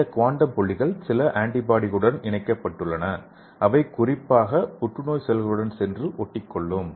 இந்த குவாண்டம் புள்ளிகள் சில ஆன்டிபாடிகளுடன் இணைக்கப்பட்டுள்ளன அவை குறிப்பாக புற்றுநோய் செல்களுடன் சென்று ஒட்டிக் கொள்ளும்